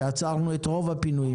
שעצרנו את רוב הפינויים.